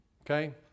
okay